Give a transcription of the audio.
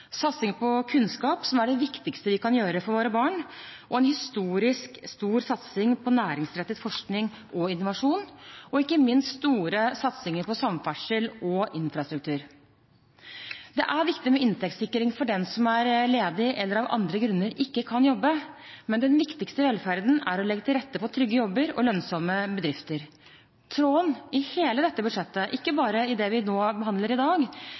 satsing på kunnskap, som er det viktigste vi kan gjøre for våre barn, og en historisk stor satsing på næringsrettet forskning og innovasjon og ikke minst store satsinger på samferdsel og infrastruktur. Det er viktig med inntektssikring for den som er ledig, eller av andre grunner ikke kan jobbe. Men den viktigste velferden er å legge til rette for trygge jobber og lønnsomme bedrifter. Tråden i hele dette budsjettet, ikke bare i det vi nå behandler i dag,